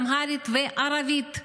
אמהרית וערבית.